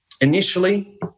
initially